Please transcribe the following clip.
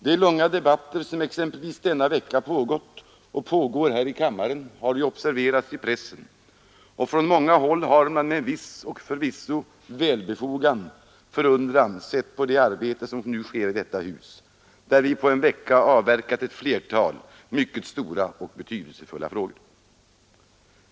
De långa debatter som exempelvis denna vecka pågått och pågår här i kammaren har ju observerats i pressen, och från många håll har man med en viss — och förvisso välbefogad — förundran sett på det arbete som sker i detta hus, där vi på en vecka avverkat ett flertal mycket stora och betydelsefulla frågor.